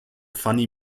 funny